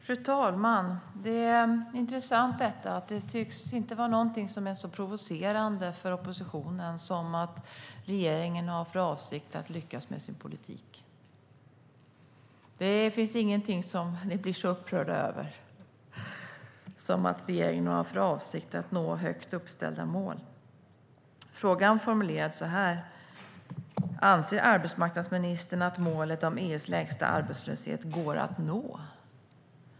Fru talman! Det är intressant att det inte tycks vara någonting som är så provocerande för oppositionen som att regeringen har för avsikt att lyckas med sin politik. Det finns ingenting som ni blir så upprörda över som att regeringen har för avsikt att nå högt uppställda mål. Frågan formulerades så här: Anser arbetsmarknadsministern att målet om EU:s lägsta arbetslöshet går att nå?